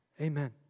Amen